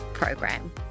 program